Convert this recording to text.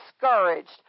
discouraged